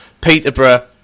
Peterborough